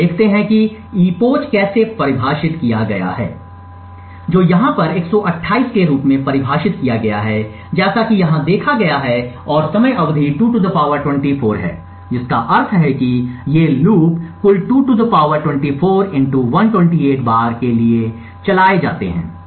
तो हम देखते हैं कि युग कैसे परिभाषित किया गया है जो यहाँ पर 128 के रूप में परिभाषित किया गया है जैसा कि यहाँ देखा गया है और समय अवधि 2 24 है जिसका अर्थ है कि ये लूप कुल 2 24 128 बार के लिए चलाए जाते हैं